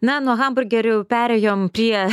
na nuo hamburgerių perėjom prie